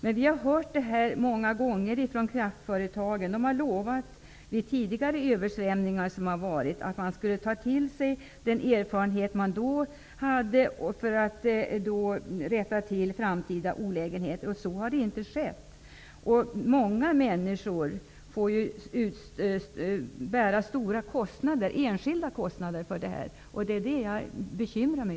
Men vi har hört detta många gånger från kraftföretagen. De har vid tidigare översvämningar lovat att ta till sig de erfarenheter som då fanns för att kunna undvika framtida olägenheter. Så har dock inte skett. Många enskilda människor får bära stora kostnader, och detta bekymrar mig.